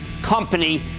company